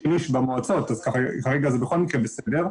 איש במועצות אז כרגע זה בכל מקרה בסדר,